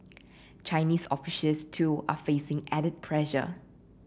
Chinese officials too are facing added pressure